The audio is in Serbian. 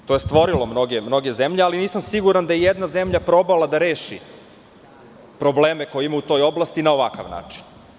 To je stvorilo mnoge zemlje, ali nisam siguran da je i jedna zemlja probala da reši probleme koje ima u toj oblasti na ovakav način.